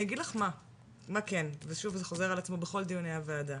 אני אגיד לך מה כן וזה נושא שחוזר בכל דיוני הוועדה.